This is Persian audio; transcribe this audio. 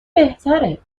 بهتره